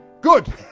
Good